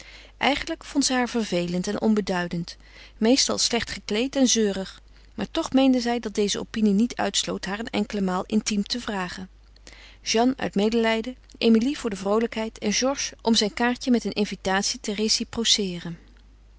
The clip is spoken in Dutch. eigenlijk vond zij haar vervelend en onbeduidend meestal slecht gekleed en zeurig maar toch meende zij dat deze opinie niet uitsloot haar een enkele maal intiem te vragen jeanne uit medelijden emilie voor de vroolijkheid en georges om zijn kaartje met een invitatie